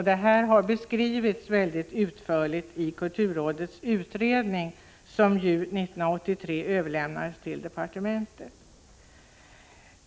Detta har beskrivits mycket utförligt i kulturrådets utredning, som ju 1983 överlämnades till departementet.